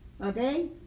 okay